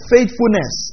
Faithfulness